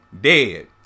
Dead